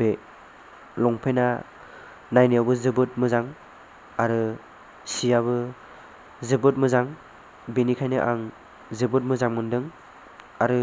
बे लंपेन्ट आ नायनायावबो जोबोद मोजां आरो सिआबो जोबोद मोजां बेनिखायनो आं जोबोद मोजां मोनदों आरो